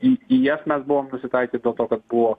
į į jas mes buvom nusitaikę dėl to kad buvo